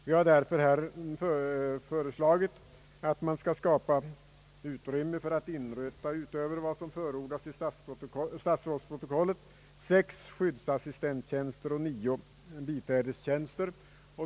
Vi har därför här föreslagit att man skall skapa utrymme för att inrätta utöver vad som förordas i statsrådsprotokollet sex skyddsassistenttjänster och nio biträdestjänster.